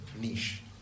niche